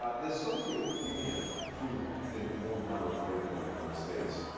ah the soviet union proved even more maladroit than the united states.